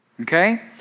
Okay